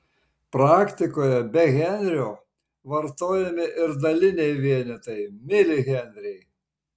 praktikoje be henrio vartojami ir daliniai vienetai milihenriai